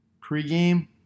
Pre-game